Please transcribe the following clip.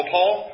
Paul